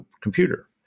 computer